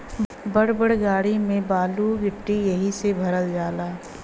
बड़ बड़ गाड़ी में बालू गिट्टी एहि से भरल जाला